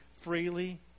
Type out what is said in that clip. freely